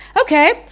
Okay